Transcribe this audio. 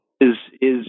is—is